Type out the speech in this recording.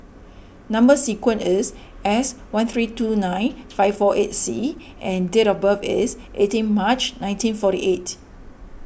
Number Sequence is S one three two nine five four eight C and date of birth is eighteen March nineteen forty eight